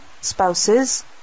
spouses